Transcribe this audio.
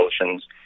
emotions